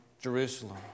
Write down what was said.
Jerusalem